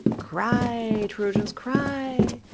cry, troyans, cry.